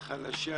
חלשה